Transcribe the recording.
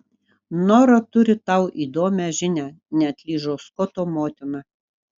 nora turi tau įdomią žinią neatlyžo skoto motina